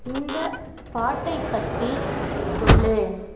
இந்தப் பாட்டைப் பற்றி சொல்